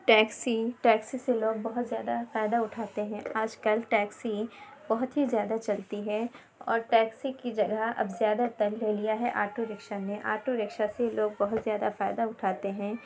taxi taxi سے لوگ بہت زیادہ فائدہ اُٹھاتے ہیں آج کل ٹیکسی بہت ہی زیادہ چلتی ہے اور ٹیکسی کی جگہ اب زیادہ تر لے لیا ہے آٹو رکشہ نے آٹو رکشہ سے لوگ بہت زیادہ فائدہ اُٹھاتے ہیں